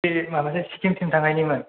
बे माबासो सिक्कमसिम थांनायनिमोन